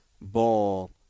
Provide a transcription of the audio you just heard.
Ball